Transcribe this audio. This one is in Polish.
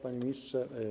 Panie Ministrze!